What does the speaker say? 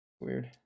Weird